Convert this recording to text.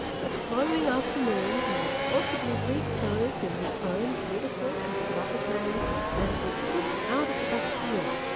but the following afternoon he was forcibly reclothed in his own beautiful and beloved rags, and was pushed out of the bastille,